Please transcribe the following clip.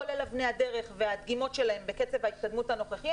כולל אבני הדרך והדגימות שלהם וקצב ההתקדמות הנוכחי,